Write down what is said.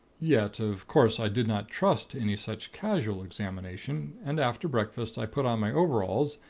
yet, of course, i did not trust to any such casual examination, and after breakfast, i put on my overalls,